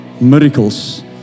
miracles